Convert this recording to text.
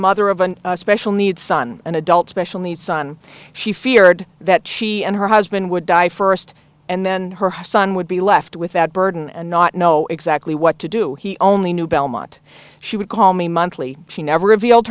mother of a special needs son an adult special needs son she feared that she and her husband would die first and then her his son would be left with that burden and not know exactly what to do he only knew belmont she would call me monthly she never revealed